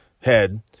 head